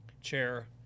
chair